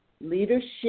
leadership